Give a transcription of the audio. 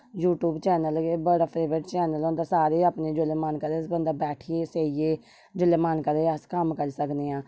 YouTube channel बड़ा favourite channel होंदा सारे अपने जिसले मन करदा बंदा बैठिये सेइये जिसले मन करे अस कम्म करी सकने आं